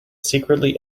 secretly